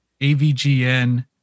AVGN